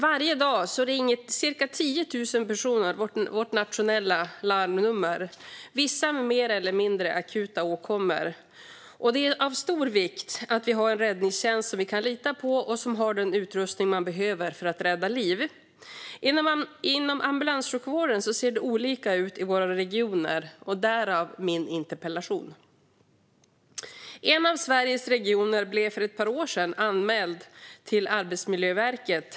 Varje dag ringer cirka 10 000 personer vårt nationella larmnummer med mer eller mindre akuta åkommor. Det är av stor vikt att vi har en räddningstjänst som vi kan lita på och som har den utrustning som behövs för att rädda liv. Inom ambulanssjukvården ser det olika ut i regionerna - därav min interpellation. En av Sveriges regioner blev för ett par år sedan anmäld till Arbetsmiljöverket.